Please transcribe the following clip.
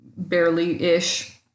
barely-ish